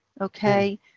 Okay